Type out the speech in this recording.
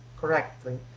correctly